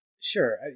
Sure